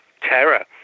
terror